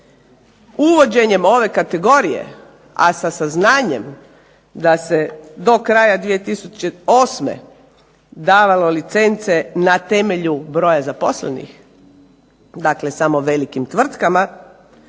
Uvođenjem ove kategorije, a sa saznanjem da se do kraja 2008. davalo licence na temelju broja zaposlenih, dakle samo velikim tvrtkama